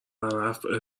رحم